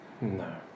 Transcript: No